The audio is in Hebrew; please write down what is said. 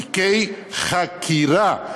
תיקי חקירה.